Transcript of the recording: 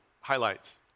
highlights